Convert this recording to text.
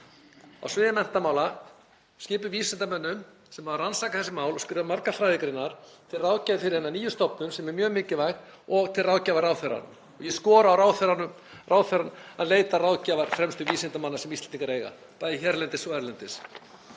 á sviði menntamála, skipaða vísindamönnum sem rannsaka þessi mál og skrifa margar fræðigreinar til ráðgjafar fyrir hina nýju stofnun, sem er mjög mikilvæg, og til ráðgjafar ráðherranum. Ég skora á ráðherrann að leita ráðgjafar fremstu vísindamanna sem Íslendingar eiga bæði hérlendis og erlendis.